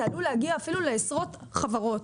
זה עלול להגיע אפילו לעשרות חברות.